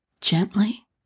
Gently